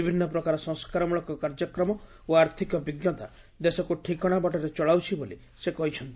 ବିଭିନ୍ନ ପ୍ରକାର ସଂସ୍କାରମଳକ କାର୍ଯ୍ୟକ୍ରମ ଓ ଆର୍ଥକ ବିଜ୍ଞତା ଦେଶକୁ ଠିକଶା ବାଟରେ ଚଳାଉଛି ବୋଲି ସେ କହିଛନ୍ତି